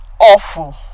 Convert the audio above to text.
awful